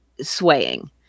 swaying